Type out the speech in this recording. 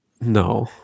No